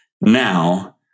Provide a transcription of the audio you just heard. now